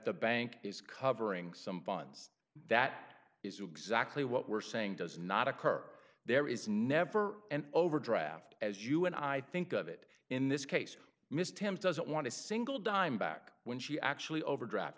the bank is covering some funds that exactly what we're saying does not occur there is never an overdraft as you and i think of it in this case miss temp doesn't want to single dime back when she actually overdraft